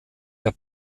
der